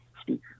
speak